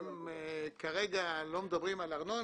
הם כרגע לא מדברים על ארנונה,